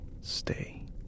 stay